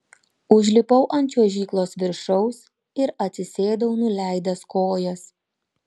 užlipau ant čiuožyklos viršaus ir atsisėdau nuleidęs kojas